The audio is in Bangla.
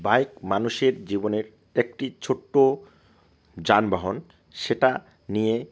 বাইক মানুষের জীবনের একটি ছোট্ট যানবাহন সেটা নিয়ে